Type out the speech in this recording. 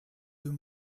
deux